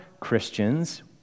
Christians